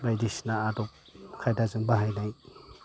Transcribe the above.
बायदिसिना आदब खायदाजों बाहायनाय